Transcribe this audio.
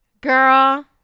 Girl